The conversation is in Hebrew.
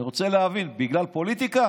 אני רוצה להבין, בגלל פוליטיקה?